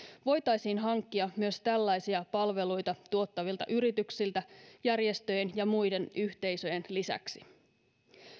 voitaisiin hankkia myös tällaisia palveluita tuottavilta yrityksiltä järjestöjen ja muiden yhteisöjen lisäksi